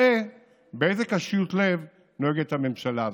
ואראה באיזה קשיות לב נוהגת הממשלה הזאת.